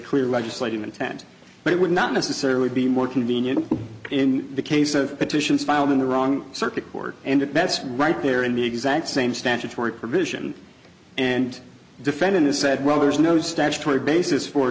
clear legislative intent but it would not necessarily be more convenient in the case of petitions filed in the wrong circuit court and that's right there in the exact same statutory provision and defendant has said well there's no statutory basis for